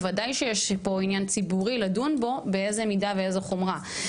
בוודאי שיש פה עניין ציבורי לדון בו באיזו מידה ואיזו חומרה.